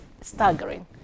staggering